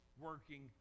working